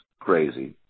crazy